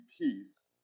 peace